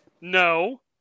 No